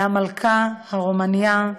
והמלכה הרומנייה,